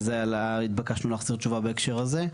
ועל זה התבקשנו להחזיר תשובה בהקשר הזה,